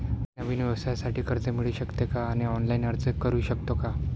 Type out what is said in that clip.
नवीन व्यवसायासाठी कर्ज मिळू शकते का आणि ऑनलाइन अर्ज करू शकतो का?